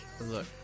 look